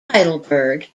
heidelberg